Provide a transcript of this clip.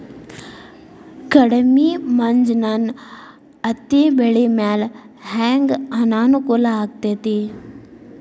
ಕಡಮಿ ಮಂಜ್ ನನ್ ಹತ್ತಿಬೆಳಿ ಮ್ಯಾಲೆ ಹೆಂಗ್ ಅನಾನುಕೂಲ ಆಗ್ತೆತಿ?